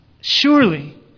Surely